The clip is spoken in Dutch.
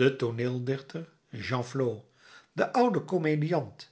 de tooneeldichter genflot de oude komediant